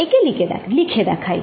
একে লিখে দেখাই